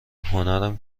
هنرم